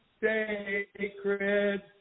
Sacred